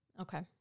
Okay